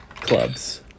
clubs